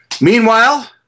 meanwhile